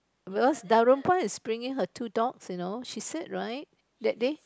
Darumpa is bringing her two dogs you know she said right that day